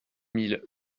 mille